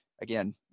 Again